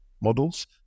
models